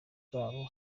bw’abo